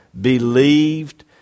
believed